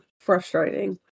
frustrating